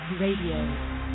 Radio